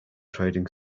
trading